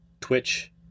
Twitch